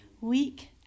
Week